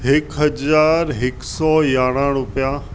हिकु हज़ारु हिकु सौ यारहं रुपया